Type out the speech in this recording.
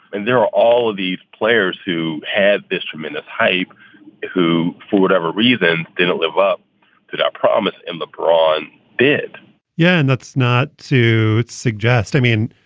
and there are all of these players who had this tremendous hype who, for whatever reason, didn't live up to that promise. and lebron did yeah. and that's not to suggest i mean,